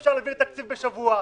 אי-אפשר להעביר תקציב בשבוע,